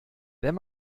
wenn